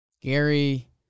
Gary